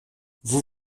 vous